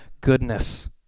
goodness